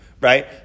right